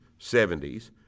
70s